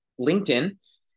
LinkedIn